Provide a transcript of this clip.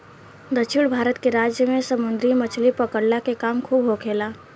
दक्षिण भारत के राज्य में समुंदरी मछली पकड़ला के काम खूब होखेला